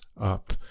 up